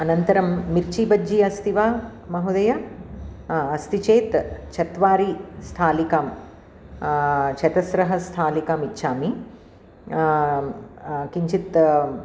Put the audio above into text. अनन्तरं मिर्चि बज्जि अस्ति वा महोदय अस्ति चेत् चत्वारि स्थालिकां चतस्रः स्थालिकां इच्छामि किञ्चित्